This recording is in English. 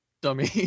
dummy